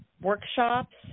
workshops